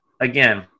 Again